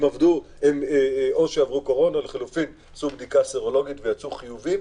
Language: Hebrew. הם עברו קורונה או עשו בדיקה סרולוגית ויצאו חיוביים,